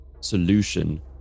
solution